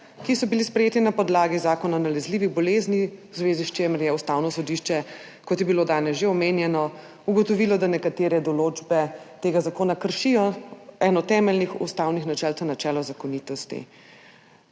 ki so bili sprejeti na podlagi Zakona o nalezljivih boleznih, v zvezi s čimer je Ustavno sodišče, kot je bilo danes že omenjeno, ugotovilo, da nekatere določbe tega zakona kršijo eno temeljnih ustavnih načel, to je načelo zakonitosti.